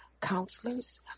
counselors